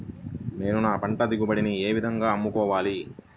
నేను నా పంట దిగుబడిని ఏ విధంగా అమ్ముకోవాలి?